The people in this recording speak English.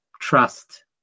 trust